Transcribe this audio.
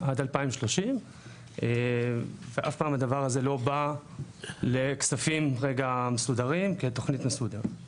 עד 2030 ואף פעם הדבר הזה לא בא לכספים רגע מסודרים כתוכנית מסודרת.